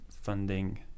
funding